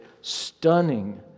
stunning